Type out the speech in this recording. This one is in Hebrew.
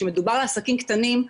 כשמדובר על עסקים קטנים,